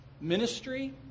ministry